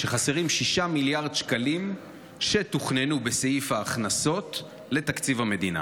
שחסרים לתקציב המדינה